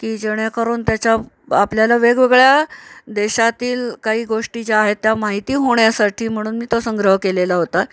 की जेणेकरून त्याच्या आपल्याला वेगवेगळ्या देशातील काही गोष्टी ज्या आहेत त्या माहिती होण्यासाठी म्हणून मी तो संग्रह केलेला होता